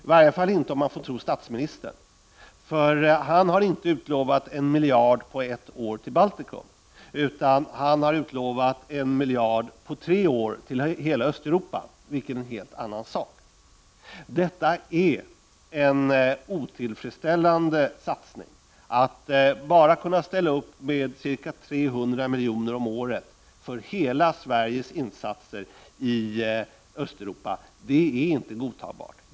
I varje fall inte om man får tro statsministern, för han har inte utlovat en miljard på ett år till Baltikum, utan en miljard på tre år till hela Östeuropa, vilket är en helt annan sak. Detta är en otillfredsställande satsning. Att bara kunna ställa upp med ca 300 milj.kr. om året för Sveriges insatser i hela Östeuropa är inte godtagbart.